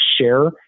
share